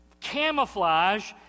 camouflage